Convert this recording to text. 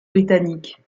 britanniques